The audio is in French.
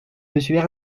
monsieur